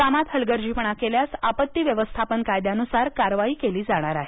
कामात हलगर्जीपणा केल्यास आपत्ती व्यवस्थापन कायद्यानुसार कारवाई केली जाणार आहे